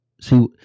See